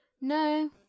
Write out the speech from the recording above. no